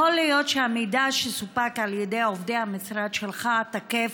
יכול להיות שהמידע שסופק על ידי עובדי המשרד שלך תקף,